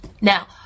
Now